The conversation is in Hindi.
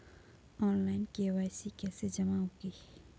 ऑनलाइन के.वाई.सी कैसे जमा होगी?